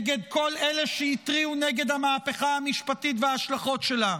נגד כל אלה שהתריעו נגד המהפכה המשפטית וההשלכות שלה,